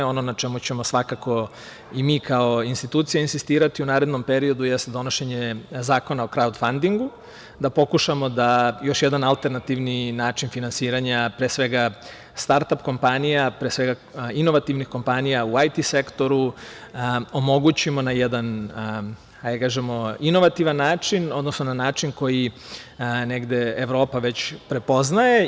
Ono na čemu ćemo svakako i mi kao institucija insistirati u narednom periodu jeste donošenje zakona o krautfandingu, da pokušamo da još jedan alternativni način finansiranja, pre svega start ap kompanija, pre svega inovativnih kompanija u IT sektoru omogućimo na jedan, ajde da kažemo, inovativan način, odnosno na način koji negde Evropa već prepoznaje.